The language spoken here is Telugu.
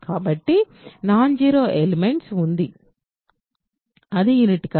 కాబట్టి నాన్ జీరో ఎలిమెంట్స్ ఉంది అది యూనిట్ కాదు